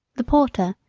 the porter,